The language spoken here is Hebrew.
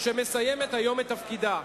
שמסיימת היום את תפקידה.